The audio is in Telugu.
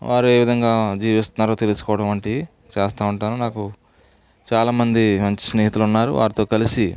వారు ఏ విధంగా జీవిస్తున్నారో తెలుసుకోవడం వంటివి చేస్తూ ఉంటాను నాకు చాలా మంది మంచి స్నేహితులు ఉన్నారు వారితో కలిసి